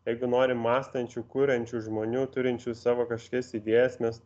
jeigu norim mąstančių kuriančių žmonių turinčių savo kažkokias idėjas mes